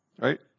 right